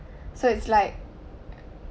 so it's like